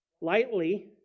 lightly